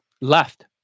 left